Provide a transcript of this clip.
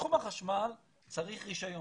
בתחום החשמל צריך רישיון.